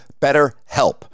BetterHelp